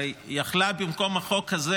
הרי היא הייתה יכולה במקום החוק הזה